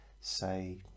say